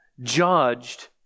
judged